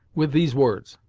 with these words.